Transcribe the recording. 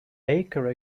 baker